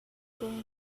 going